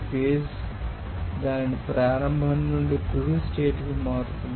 phase దాని ప్రారంభ నుండి తుది స్టేట్ కి మారుతుంది